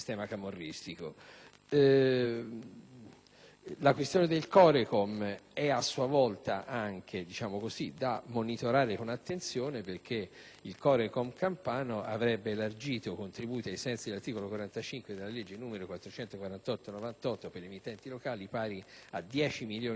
La questione del CO.RE.COM è a sua volta da monitorare con attenzione perché il CO.RE.COM. campano avrebbe elargito contributi, ai sensi dell'articolo 45 della legge n. 448 del 1998, per emittenti locali pari a 10 milioni di euro l'anno,